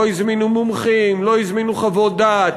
לא הזמינו מומחים, לא הזמינו חוות דעת,